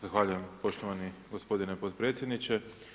Zahvaljujem poštovani gospodine potpredsjedniče.